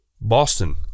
Boston